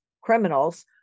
criminals